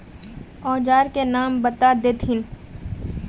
औजार के नाम बता देथिन?